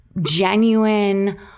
genuine